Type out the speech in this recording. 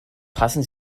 passen